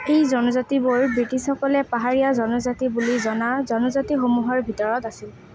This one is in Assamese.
এই জনজাতিবোৰ ব্ৰিটিছসকলে পাহাৰীয়া জনজাতি বুলি জনা জনজাতিসমূহৰ ভিতৰত আছিল